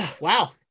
Wow